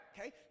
Okay